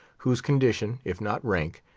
whose condition, if not rank,